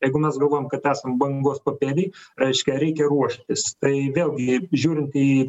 jeigu mes galvojam kad esam bangos papėdėj reiškia reikia ruoštis tai vėlgi žiūrint į